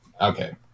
Okay